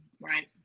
right